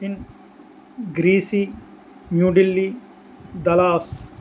grace New Delhi Dallas